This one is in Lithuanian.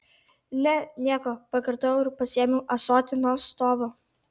ne nieko pakartojau ir pasiėmiau ąsotį nuo stovo